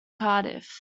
cardiff